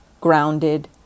grounded